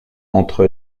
entre